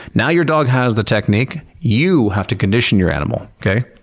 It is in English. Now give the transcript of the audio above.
now your dog has the technique, you have to condition your animal, okay?